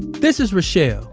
this is reshell.